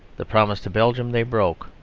the promise to belgium they broke.